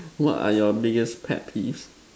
what are your biggest pet peeves